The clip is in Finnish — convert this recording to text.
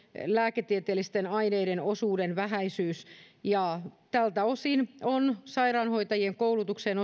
lääketieteellisten aineiden osuuden vähäisyys tältä osin on sairaanhoitajien koulutukseen